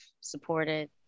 supported